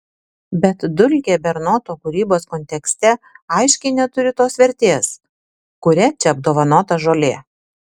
bet dulkė bernoto kūrybos kontekste aiškiai neturi tos vertės kuria čia apdovanota žolė